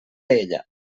ella